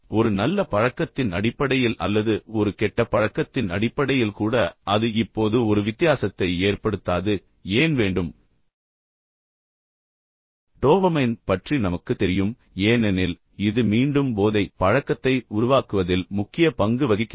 ஒரு நல்ல பழக்கத்தின் அடிப்படையில் அல்லது ஒரு கெட்ட பழக்கத்தின் அடிப்படையில் கூட அது இப்போது ஒரு வித்தியாசத்தை ஏற்படுத்தாது ஏன் வேண்டும் டோபமைன் பற்றி நமக்குத் தெரியும் ஏனெனில் இது மீண்டும் போதை பழக்கத்தை உருவாக்குவதில் முக்கிய பங்கு வகிக்கிறது